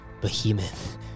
behemoth